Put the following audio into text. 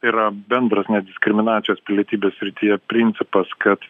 tai yra bendras nediskriminacijos pilietybės srityje principas kad